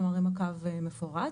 כלומר אם הקו מפורץ.